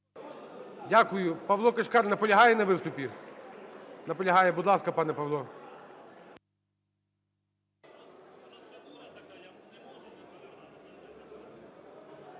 Дякую. Павло Кишкар. Наполягає на виступі? Наполягає. Будь ласка, пане Павло.